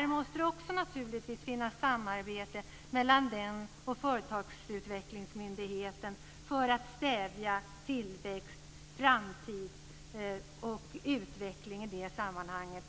Det måste naturligtvis också finnas ett samarbete mellan den och Företagsutvecklingsmyndigheten för att främja tillväxt, framtid och utveckling i det sammanhanget.